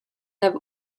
have